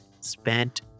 Spent